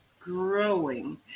growing